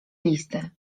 listy